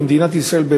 מדינת ישראל,